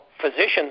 physicians